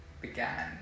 began